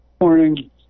Morning